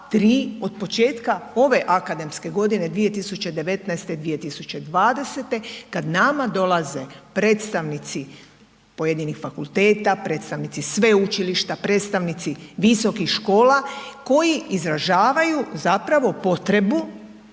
od početka ove akademske godine 2019/2020 kad nama dolaze predstavnici pojedinih fakulteta, predstavnici sveučilišta, predstavnici visokih škola koji izražavaju zapravo potrebu